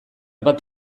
bat